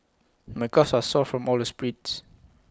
my calves are sore from all the sprints